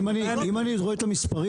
אם אני זוכר את המספרים,